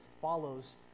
follows